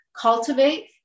cultivate